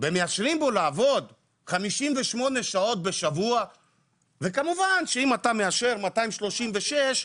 ומאשרים בו לעבוד 58 שעות בשבוע וכמובן שאם אתה מאשר 236 ,